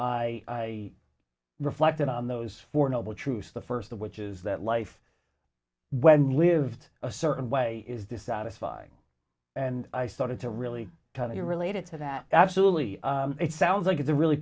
i reflected on those four noble truths the first of which is that life when lived a certain way is dissatisfying and i started to really tell you related to that absolutely it sounds like it's a really